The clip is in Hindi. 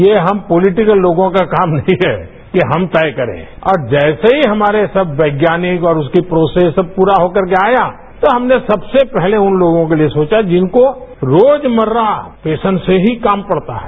यह हम पॉलिटिकल लोगों का काम नहीं है कि हम तय करें और जैसे ही हमारे सब वैज्ञानिक और उसकी प्रोसेस सब पूरा हो कर के आया तो हमने सबसे पहले उन लोगों के लिये सोचा जिनको रोजमर्रा पेशेन्ट्स से ही काम पड़ता है